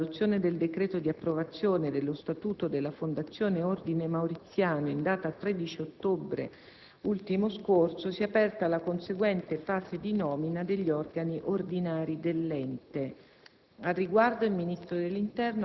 In ogni caso, comunico che con l'adozione del decreto di approvazione dello Statuto della Fondazione Ordine Mauriziano, in data 13 ottobre ultimo scorso, si è aperta la conseguente fase di nomina degli organi ordinari dell'ente.